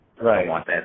Right